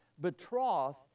betroth